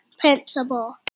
principal